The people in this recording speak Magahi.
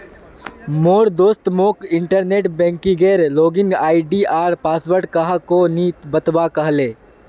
मोर दोस्त मोक इंटरनेट बैंकिंगेर लॉगिन आई.डी आर पासवर्ड काह को नि बतव्वा कह ले